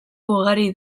ugari